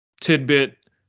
tidbit